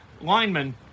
linemen